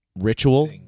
ritual